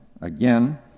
again